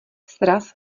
sraz